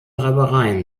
reibereien